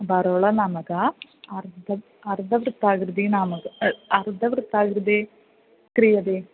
बरोल नाम कः अर्धम् अर्धवृत्ताकृतिः नाम अर्दवृत्ताकृते क्रियते